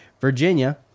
Virginia